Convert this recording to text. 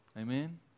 Amen